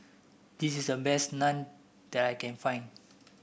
this is the best naan that I can find